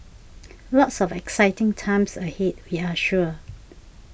lots of exciting times ahead we're sure